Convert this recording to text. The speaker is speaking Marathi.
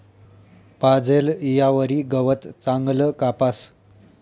पाजेल ईयावरी गवत चांगलं कापास